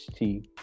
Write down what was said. ht